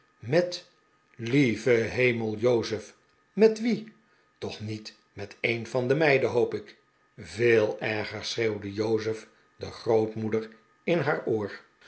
met lieve hemel jozef met wie toch niet met een van de meiden hoop ik veel erger schreeuwde jozef de grootmoeder in haar oor